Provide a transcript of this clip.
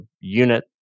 unit